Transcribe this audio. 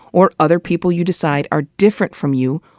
or other people you decide are different from you,